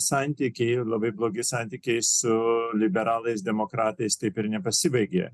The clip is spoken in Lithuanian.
santykiai labai blogi santykiai su liberalais demokratais taip ir nepasibaigė